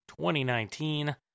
2019